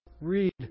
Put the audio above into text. read